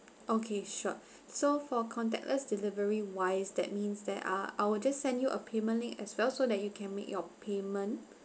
okay sure so for contactless delivery wise that means that ah I will just send you a payment link as well so that you can make your payment